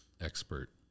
expert